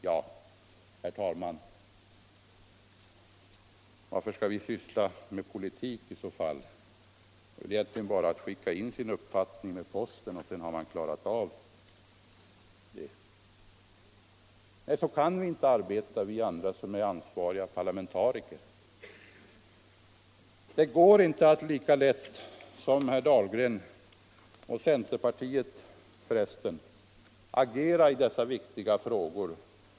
Ja, herr talman, varför skall vi syssla med politik i så fall? Då är det egentligen bara att skicka in sin uppfattning med posten, och sedan har man klarat av saken. Nej, så kan vi inte arbeta, vi andra som är ansvariga parlamentariker. Det går inte att som herr Dahlgren, och hela centerpartiet förresten, agera lättsinnigt i dessa viktiga frågor.